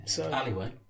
Alleyway